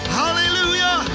hallelujah